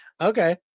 Okay